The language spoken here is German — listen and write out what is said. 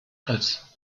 als